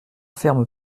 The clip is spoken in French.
ferme